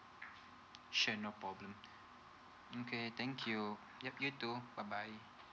sure no problem okay thank you yup you too bye bye